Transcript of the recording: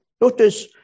Notice